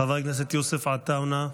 חבר הכנסת יוסף עטאונה,